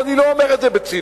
ואני לא אומר את זה בציניות,